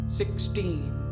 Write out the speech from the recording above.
sixteen